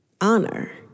honor